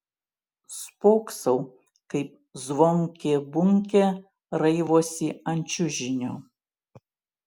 spoksau kaip zvonkė bunkė raivosi ant čiužinio